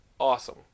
awesome